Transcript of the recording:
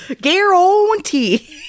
Guarantee